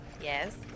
Yes